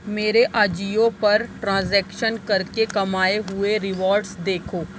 میرے آجیو پر ٹرانزیکشنز کر کے کمائے ہوئے ریوارڈز دیکھو